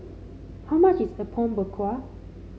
how much is Apom Berkuah